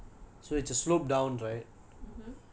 ya தெரியும்:theriyum